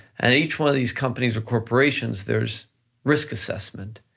and each one of these companies or corporations, there's risk assessment,